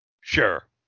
Sure